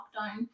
lockdown